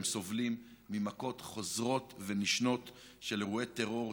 הם סובלים ממכות חוזרות ונשנות של אירועי טרור,